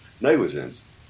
negligence